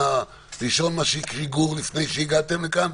הראשון שהקריא גור לפני שהגעתם לכאן,